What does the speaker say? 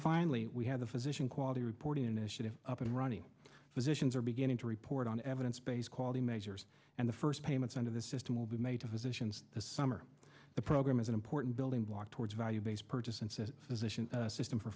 finally we have the physician quality reporting initiative up and running physicians are beginning to report on evidence based quality measures and the first payments into the system will be made to physicians the summer program is an important building block towards value based purchase and said physicians system for